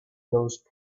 those